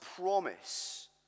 promise